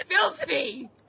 filthy